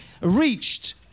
Reached